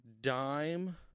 dime